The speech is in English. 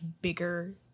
bigger